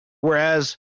Whereas